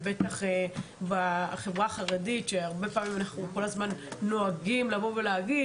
בטח בחברה החרדית שהרבה פעמים אנחנו כל הזמן נוהגים לבוא ולהגיד,